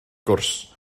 gwrs